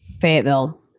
Fayetteville